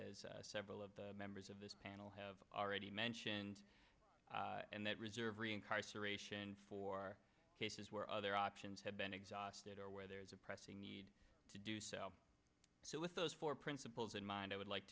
as several of the members of this panel have already mentioned and that reserve re incarceration for cases where other options have been exhausted or where there is a pressing need to do so so with those four principles in mind i would like